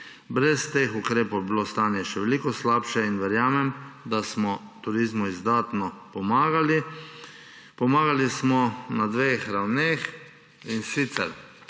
Brez teh ukrepov bi bilo stanje še veliko slabše in verjamem, da smo turizmu izdatno pomagali. Pomagali smo na dveh ravneh. In sicer